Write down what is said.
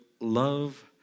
love